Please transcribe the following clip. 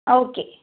okay